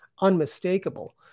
unmistakable